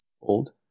old